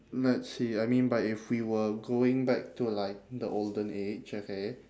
let's see I mean by if we were going back to like the olden age okay